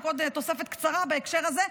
רק עוד תוספת קצרה בהקשר הזה,